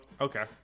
okay